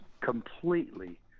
completely